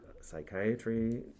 psychiatry